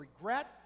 regret